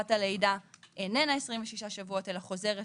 תקופת הלידה איננה 26 שבועות אלה חוזרת